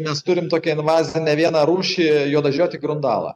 nes turim tokią invazinę vieną rūšį juodažiotį grundalą